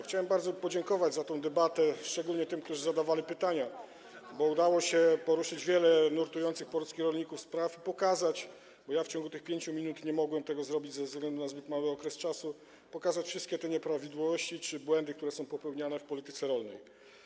Chciałem bardzo podziękować za tę debatę, szczególnie tym, którzy zadawali pytania, bo udało się poruszyć wiele spraw nurtujących polskich rolników i pokazać, bo ja w ciągu tych 5 minut nie mogłem tego zrobić ze względu na zbyt krótki czas, wszystkie te nieprawidłowości czy błędy, które są popełniane w polityce rolnej.